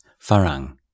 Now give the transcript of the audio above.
Farang